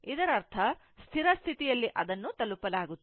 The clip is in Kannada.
ಇದರರ್ಥ ಸ್ಥಿರ ಸ್ಥಿತಿಯಲ್ಲಿ ಅದನ್ನು ತಲುಪಲಾಗುತ್ತದೆ